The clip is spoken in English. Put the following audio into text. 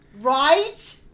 Right